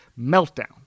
meltdown